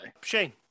shane